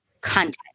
content